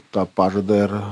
tą pažadą ir